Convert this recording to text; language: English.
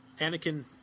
Anakin